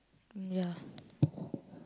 ya